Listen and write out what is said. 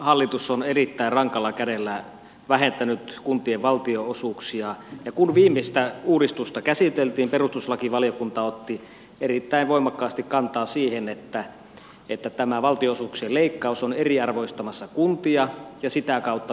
hallitus on erittäin rankalla kädellä vähentänyt kuntien valtionosuuksia ja kun viimeistä uudistusta käsiteltiin perustuslakivaliokunta otti erittäin voimakkaasti kantaa siihen että tämä valtionosuuksien leikkaus on eriarvoistamassa kuntia ja sitä kautta myös kuntalaisia